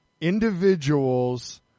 individuals